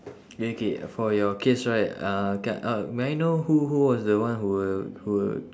okay for you case right uh c~ uh may I know who who was the one who were who were